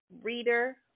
reader